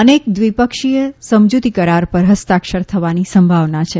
અનેક દ્વિપક્ષીય સમજુતી કરાર પર હસ્તાક્ષર થવાની સંભાવના છે